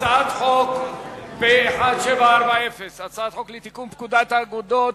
הצעת חוק פ/1740, הצעת חוק לתיקון פקודת האגודות